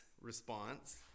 response